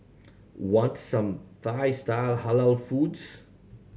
want some Thai style Halal foods